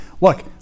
Look